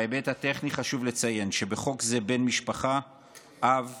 בהיבט הטכני חשוב לציין שבחוק זה בן משפחה הוא אב,